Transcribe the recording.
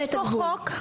יש פה חוק.